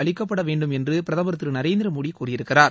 அளிக்கப்பட வேண்டும் என்று பிரதமர் திரு நரேந்திர மோடி கூறியிருக்கிறார்